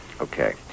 Okay